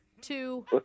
two